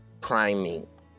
priming